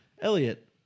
Elliot